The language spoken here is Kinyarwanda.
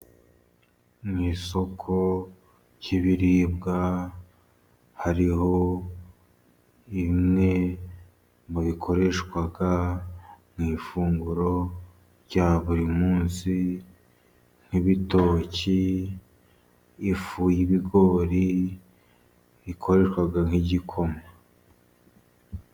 Mu isoko ry'ibiribwa, hariho bimwe mu bikoreshwa mu ifunguro rya buri munsi, nk'ibitoki, ifu y'ibigori bikoreshwa nk'igikoma.